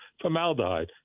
Formaldehyde